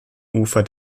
ufer